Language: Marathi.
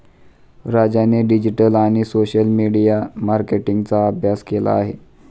राजाने डिजिटल आणि सोशल मीडिया मार्केटिंगचा अभ्यास केला आहे